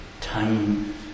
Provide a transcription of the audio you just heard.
time